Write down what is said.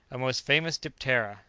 a most famous diptera!